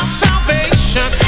salvation